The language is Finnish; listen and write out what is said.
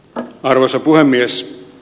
arvoisa puhemies